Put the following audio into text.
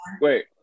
wait